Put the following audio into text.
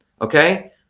okay